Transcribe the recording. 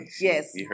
yes